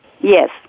Yes